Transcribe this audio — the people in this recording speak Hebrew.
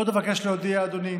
עוד אבקש להודיע, אדוני,